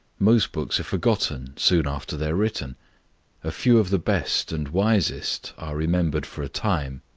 most books are forgotten soon after they are written a few of the best and wisest are remembered for a time.